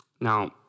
Now